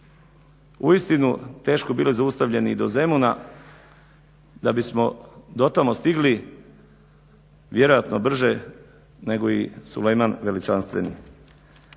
uistinu teško bili zaustavljeni i do Zemuna da bismo dotamo stigli vjerojatno brže nego i Sulejman veličanstveni.